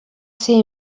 ser